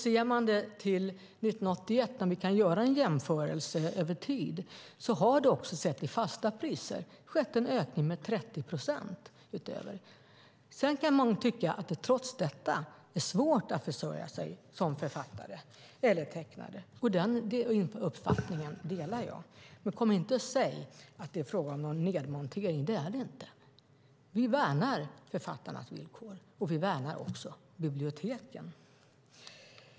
Vi kan göra en jämförelse över tid från 1981, och då har det skett en ökning med 30 procent i fasta priser. Sedan kan man tycka att det trots detta är svårt att försörja sig som författare eller tecknare, och den uppfattningen delar jag. Men kom inte och säg att det är fråga om någon nedmontering! Det är det inte. Vi värnar författarnas villkor, och vi värnar också biblioteken.